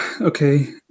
Okay